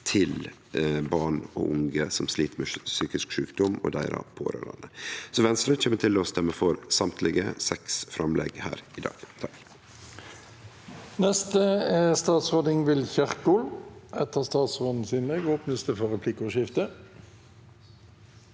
til barn og unge som slit med psykisk sjukdom – og deira pårørande. Venstre kjem til å stemme for alle seks framlegg her i dag.